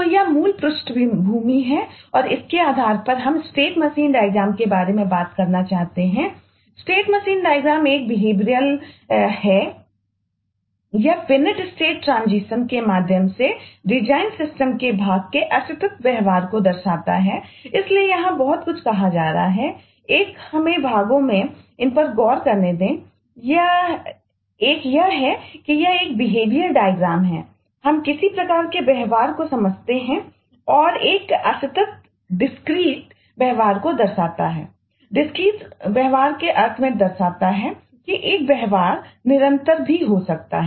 तो यह मूल पृष्ठभूमि है और इसके आधार पर हम स्टेट मशीन डायग्रामव्यवहार के अर्थ में दर्शाता है कि एक व्यवहार निरंतर भी हो सकता है